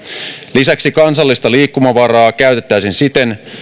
lisäksi kansallista liikkumavaraa käytettäisiin siten